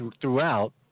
throughout